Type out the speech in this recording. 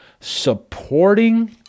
supporting